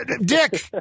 dick